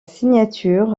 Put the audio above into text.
signature